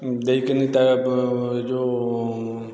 ଦେଇକିନି ତା' ଏ ଯେଉଁ